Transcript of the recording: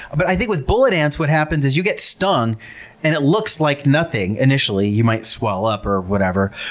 but i think with bullet ants what happens is you get stung and it looks like nothing. initially you might swell up or whatever,